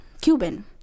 Cuban